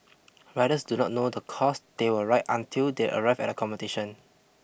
riders do not know the course they will ride until they arrive at the competition